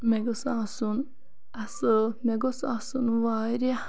مےٚ گوٚژھ آسُن اصل مےٚ گوٚژھ آسُن واریاہ